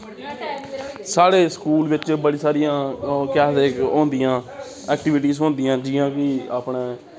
साढ़े स्कूल बिच्च बड़ी सारियां ओह् केह् आखदे क होंदियां एक्टिविटीज होंदियां जि'यां कि अपने